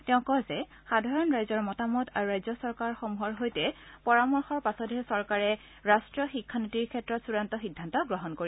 তেওঁ কয় যে সাধাৰণ ৰাইজৰ মতামত আৰু ৰাজ্য চৰকাৰসমূহৰ সৈতে পৰামৰ্শৰ পাছতহে চৰকাৰে ৰাট্টীয় শিক্ষানীতিৰ ক্ষেত্ৰত চূড়ান্ত সিদ্ধান্ত গ্ৰহণ কৰিব